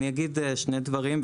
אני אגיד שני דברים,